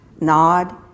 Nod